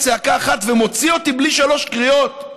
צעקה אחת ומוציא אותי בלי שלוש קריאות,